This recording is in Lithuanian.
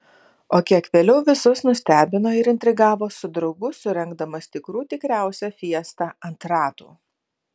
o kiek vėliau visus nustebino ir intrigavo su draugu surengdamas tikrų tikriausią fiestą ant ratų